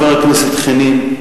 חבר הכנסת חנין,